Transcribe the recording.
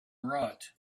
rot